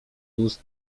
ust